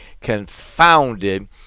confounded